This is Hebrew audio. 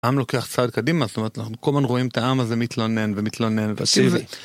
העם לוקח צעד קדימה, זאת אומרת, אנחנו כל הזמן רואים את העם הזה מתלונן ומתלונן ו...